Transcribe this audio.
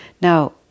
Now